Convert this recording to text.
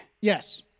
Yes